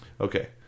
Okay